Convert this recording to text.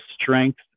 strength